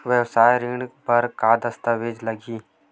वेवसायिक ऋण बर का का दस्तावेज लगही?